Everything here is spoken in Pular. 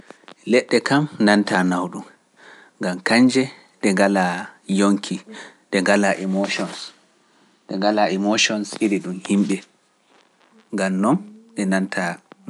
Leɗte kam nantaa nawo ɗum, gantan kanje ɗe ngalaa yonki, ɗe ngalaa emozioos, ɗe ngalaa emozioos e ɗe ɗum himɓe, gantan non ɗe nantaa nawo.